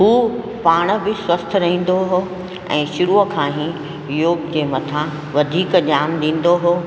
हू पाण बि स्वस्थ्यु रहंदो हो ऐं शुरूअ खां ई योग जे मथा वधीक ध्यानु ॾींदो हो